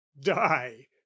die